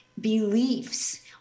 beliefs